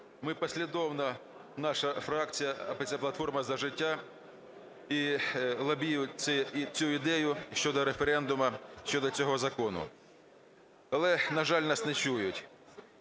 ми послідовно, наша фракція "Опозиційна платформа - За життя" лобіюємо цю ідею щодо референдуму щодо цього закону. Але, на жаль, нас не чують.